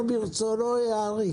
הציבורית.